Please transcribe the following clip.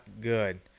good